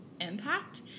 impact